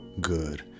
good